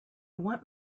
want